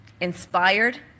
inspired